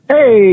Hey